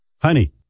Honey